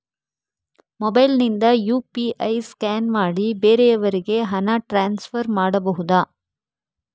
Mobile ನಿಂದ UPI scan ಮಾಡಿ ಬೇರೆಯವರಿಗೆ ಹಣ ಟ್ರಾನ್ಸ್ಫರ್ ಮಾಡಬಹುದ?